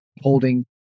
holding